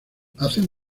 hacen